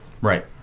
Right